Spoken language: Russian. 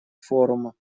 форума